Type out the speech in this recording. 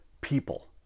people